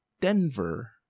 Denver